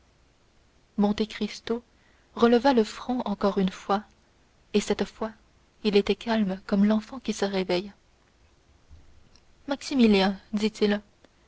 sait monte cristo releva le front encore une fois et cette fois il était calme comme l'enfant qui se réveille maximilien dit-il